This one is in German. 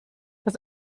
was